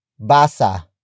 basa